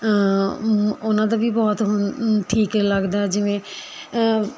ਉਹਨਾਂ ਦਾ ਵੀ ਬਹੁਤ ਠੀਕ ਏ ਲੱਗਦਾ ਜਿਵੇਂ